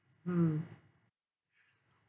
mm